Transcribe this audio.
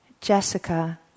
Jessica